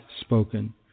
spoken